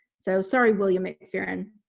so sorry william mcpheron,